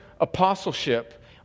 apostleship